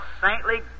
saintly